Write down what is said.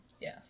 Yes